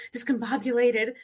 discombobulated